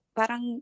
parang